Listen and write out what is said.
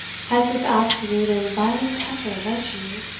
has this absolute and violent temper led you!